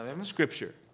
scripture